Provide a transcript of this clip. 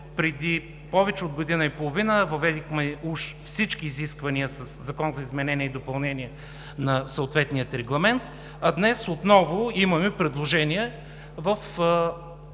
преди повече от година и половина уж въведохме всички изисквания със Закона за изменение и допълнение на съответния регламент, а днес отново имаме предложение